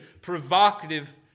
provocative